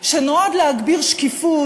שנועד להגביר שקיפות,